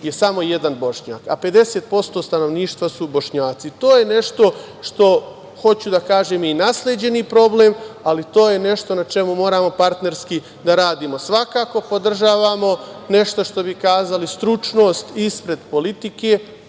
je samo jedan Bošnjak, a 50% stanovništva su Bošnjaci. To je nešto što je, hoću da kažem, i nasleđeni problem, ali to je nešto na čemu moramo partnerski da radimo. Svakako podržavamo nešto, što bi rekli, stručnost ispred politike,